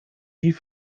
die